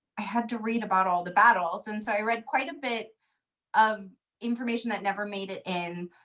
i had to read about all the battles, and so i read quite a bit of information that never made it in.